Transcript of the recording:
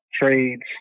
trades